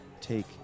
take